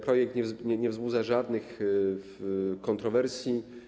Projekt nie wzbudza żadnych kontrowersji.